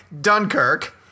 Dunkirk